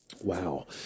Wow